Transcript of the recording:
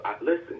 listen